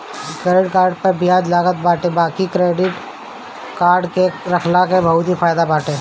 credit card पअ बियाज लागत बाटे बाकी क्क्रेडिट कार्ड के रखला के बहुते फायदा बाटे